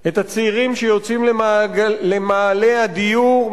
את הצעירים שיוצאים למאהלי הדיור,